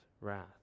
wrath